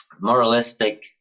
moralistic